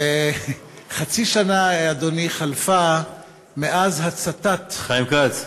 חצי שנה, אדוני, חלפה מאז הצתת, חיים כץ.